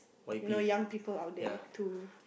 you know young people out there to